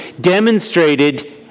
demonstrated